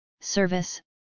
service